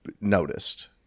noticed